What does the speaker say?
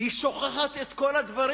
היא שוכחת את כל הדברים,